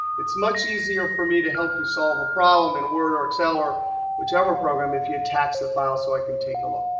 it's much easier for me to help you solve a problem in word or excel or whichever program if you attach the file so i can take a look.